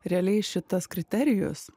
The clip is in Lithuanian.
realiai šitas kriterijus